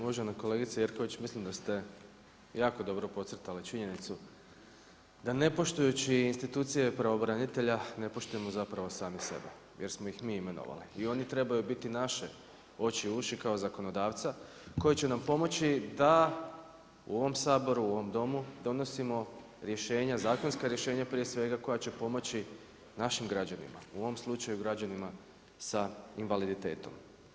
Uvažena kolegice Jerković, mislim da ste jako dobro podcrtali činjenicu da ne poštujući instituciju pravobranitelja, ne poštujemo zapravo sami sebe, jer smo ih mi imenovali i oni trebaju biti naše oči i uši kao zakonodavca koji će nam pomoći da u ovom Saboru u ovom Domu donosimo rješenja, zakonska rješenja prije svega koja će pomoći našim građanima, u ovom slučaju građanima sa invaliditetom.